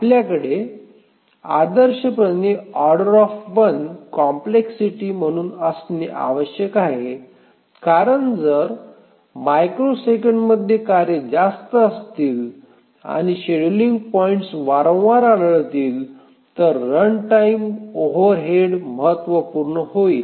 आपल्याकडे आदर्शपणे O complexity म्हणून असणे आवश्यक आहे कारण जर मायक्रोसेकँड्समध्ये कार्ये जास्त असतील आणि शेड्यूलिंग पॉइंट्स वारंवार आढळतील तर रनटाइम ओव्हरहेड महत्त्वपूर्ण होईल